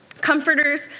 comforters